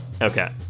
Okay